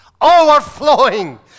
overflowing